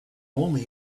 only